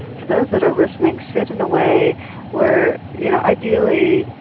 for those that are listening, sit in a way where, you know ideally,